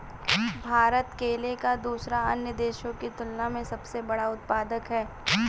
भारत केले का दूसरे अन्य देशों की तुलना में सबसे बड़ा उत्पादक है